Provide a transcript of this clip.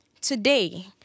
Today